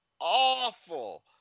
Awful